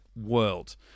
world